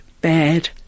bad